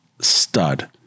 Stud